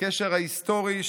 לקשר ההיסטורי,